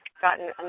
gotten